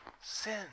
sin